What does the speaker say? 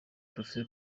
prof